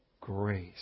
grace